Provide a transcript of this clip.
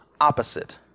opposite